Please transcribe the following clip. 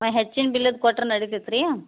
ಹಾಂ ಹೆಚ್ಚಿನ ಬಿಲ್ಲಿದು ಕೊಟ್ರೆ ನಡಿತೈತೆ ರೀ